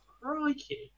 Crikey